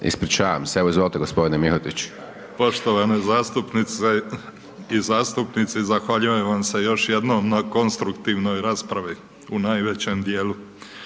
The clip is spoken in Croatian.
Ispričavam se evo izvolte gospodine Mihotić. **Mihotić, Tomislav** Poštovane zastupnice i zastupnici zahvaljujem vam se još jednoj na konstruktivnoj raspravi u najvećem dijelu.